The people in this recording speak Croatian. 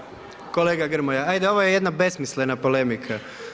Kolega Grmoja, ajde ovo je jedna besmislena polemika.